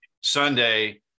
Sunday